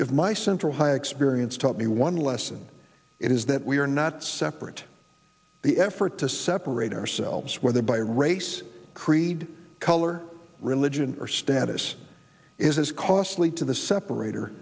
if my central high experience taught me one lesson it is that we are not separate the effort to separate ourselves whether by race creed color religion or status is as costly to the separat